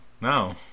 No